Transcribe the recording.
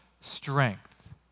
strength